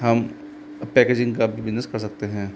हम पैकेजिंग का भी बिज़नस कर सकते हैं